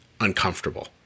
uncomfortable